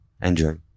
Enjoy